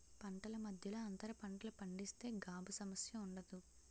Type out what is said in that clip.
పంటల మధ్యలో అంతర పంటలు పండిస్తే గాబు సమస్య ఉండదు